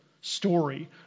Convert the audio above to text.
story